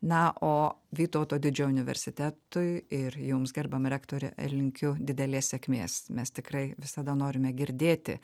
na o vytauto didžiojo universitetui ir jums gerbiama rektore linkiu didelės sėkmės mes tikrai visada norime girdėti